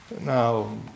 Now